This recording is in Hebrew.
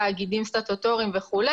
תאגידים סטטוטוריים וכו',